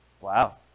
Wow